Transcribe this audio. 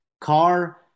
car